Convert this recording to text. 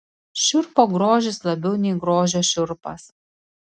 šiurpo grožis labiau nei grožio šiurpas